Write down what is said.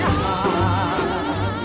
heart